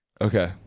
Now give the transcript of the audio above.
Okay